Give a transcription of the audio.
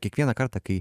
kiekvieną kartą kai